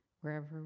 wherever